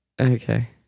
Okay